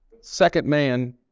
second-man